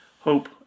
Hope